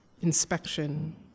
inspection